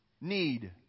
need